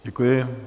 Děkuji.